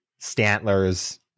Stantlers